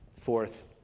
Fourth